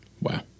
Wow